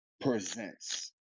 presents